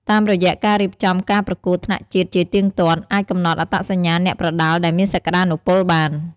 តាមរយៈការរៀបចំការប្រកួតថ្នាក់ជាតិជាទៀងទាត់ អាចកំណត់អត្តសញ្ញាណអ្នកប្រដាល់ដែលមានសក្ដានុពលបាន។